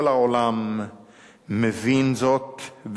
כל העולם מבין זאת,